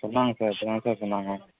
சொன்னாங்க சார் இப்போதாங்க சார் சொன்னாங்க